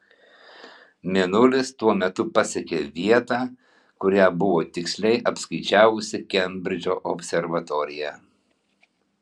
mėnulis tuo metu pasiekė vietą kurią buvo tiksliai apskaičiavusi kembridžo observatorija